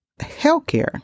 healthcare